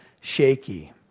shaky